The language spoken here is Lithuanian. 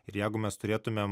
ir jegu mes turėtumėm